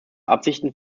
absichten